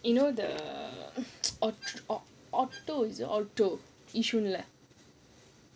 you know the err or~ or~ orto is it orto yishun